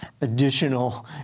additional